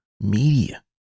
media